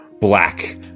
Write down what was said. black